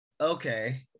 Okay